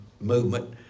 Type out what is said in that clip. movement